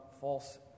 false